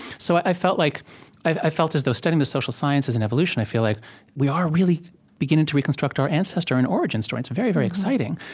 so i felt like i felt as though studying the social sciences and evolution, i feel like we are really beginning to reconstruct our ancestor and origin story, and it's very, very exciting.